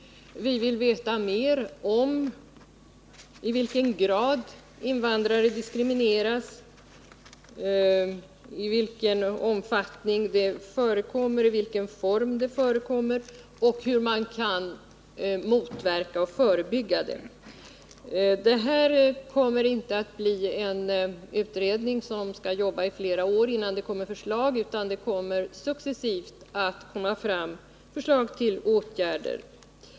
Vi vill veta mer om i vilken grad invandrare diskrimineras, i vilken omfattning och i vilken form det förekommer och om hur man kan motverka och förebygga diskriminering. Den här utredningen kommer inte att arbeta i flera år innan förslag läggs fram, utan successivt kommer det att lämnas förslag till åtgärder.